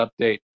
update